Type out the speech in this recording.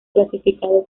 clasificado